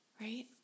Right